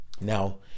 Now